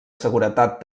seguretat